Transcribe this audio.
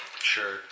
Sure